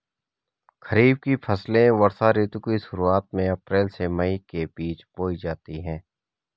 खरीफ की फसलें वर्षा ऋतु की शुरुआत में, अप्रैल से मई के बीच बोई जाती हैं